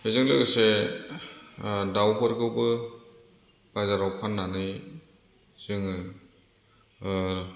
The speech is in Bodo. बेजों लोगोसे ओ दाउफोरखौबो बाजाराव फाननानै जोङो ओ